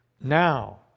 now